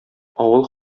авыл